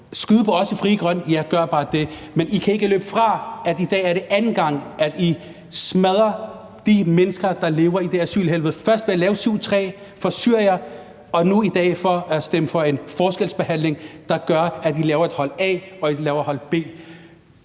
skyder på os i Frie Grønne – ja, gør bare det – men I kan ikke løbe fra, at det i dag er anden gang, I smadrer de mennesker, der lever i det asylhelvede, nemlig først ved lave § 7, stk. 3, for syrere, og nu i dag ved at stemme for en forskelsbehandling, der gør, at vi laver et hold A og et hold B.